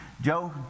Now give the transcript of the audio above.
joe